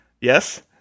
Yes